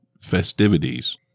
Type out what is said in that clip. festivities